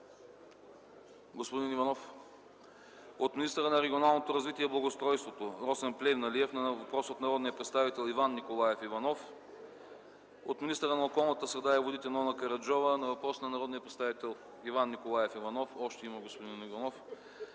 Николаев Иванов; - от министъра на регионалното развитие и благоустройството Росен Плевнелиев на въпрос от народния представител Иван Николаев Иванов; - от министъра на околната среда и водите Нона Караджова на въпрос от народния представител Иван Николаев Иванов; - от министъра